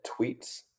tweets